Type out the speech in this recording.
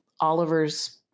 Oliver's